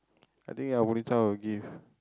I think I Amrita will give